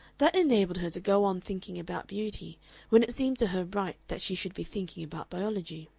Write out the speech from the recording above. that enabled her to go on thinking about beauty when it seemed to her right that she should be thinking about biology.